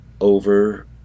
over